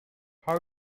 how